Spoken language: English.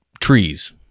trees